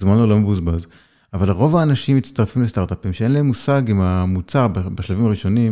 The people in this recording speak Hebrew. וזמן הוא לא מבוזבז. אבל רוב האנשים מצטרפים לסטארטאפים שאין להם מושג אם המוצר בשלבים הראשונים..